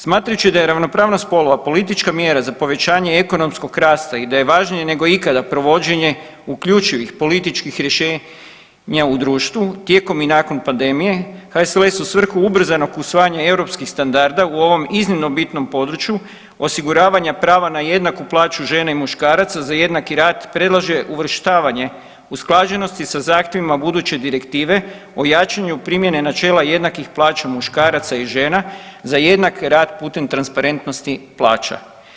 Smatrajući da je ravnopravnost spolova politička mjera za povećanje ekonomskog rasta i da je važnije nego ikada provođenje uključivih političkih rješenja u društvu tijekom i nakon pandemije, HSLS u svrhu ubrzanog usvajanja europskog standarda u ovom iznimno bitnom području osiguravanja prava na jednaku plaću žena i muškaraca za jednaki rad predlaže uvrštavanje usklađenosti sa zahtjevima buduće direktive o jačanju primjene načela jednakih plaća muškaraca i žena za jednaki rad putem transparentnosti plaća.